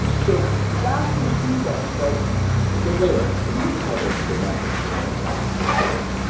so fasten your seat belts, folks so leila, you have covered domestic terror attacks before.